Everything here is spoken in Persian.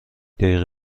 دقیقه